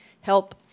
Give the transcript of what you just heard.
help